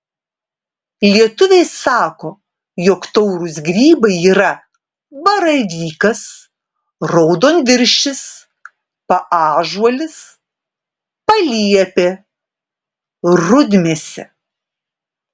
lietuviai sako jog taurūs grybai yra baravykas raudonviršis paąžuolis paliepė rudmėsė